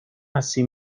así